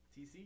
TC